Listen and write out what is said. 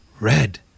Red